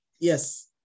Yes